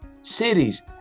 cities